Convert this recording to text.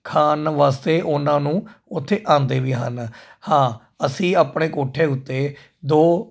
ਖਾਣ ਵਾਸਤੇ ਉਹਨਾਂ ਨੂੰ ਉੱਥੇ ਆਉਂਦੇ ਵੀ ਹਨ ਹਾਂ ਅਸੀਂ ਆਪਣੇ ਕੋਠੇ ਉੱਤੇ ਦੋ